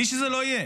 מי שזה לא יהיה,